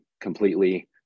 completely